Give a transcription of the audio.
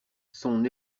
son